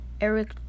Eric